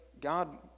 God